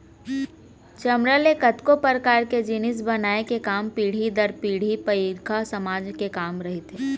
चमड़ा ले कतको परकार के जिनिस बनाए के काम पीढ़ी दर पीढ़ी पईकहा समाज के काम रहिथे